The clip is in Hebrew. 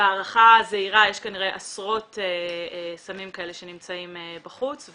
שבהערכה הזהירה יש כנראה עשרות סמים כאלה שנמצאים בחוץ.